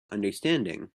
understanding